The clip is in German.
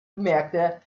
bemerkte